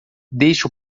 deixe